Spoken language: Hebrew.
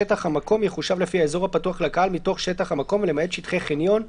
שטח המקום יחושב לפי האזור הפתוח לקהל מתוך שטח המקום ולמעט שטחי חניון,